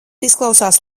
izklausās